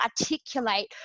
articulate